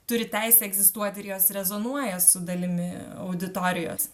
turi teisę egzistuot ir jos rezonuoja su dalimi auditorijos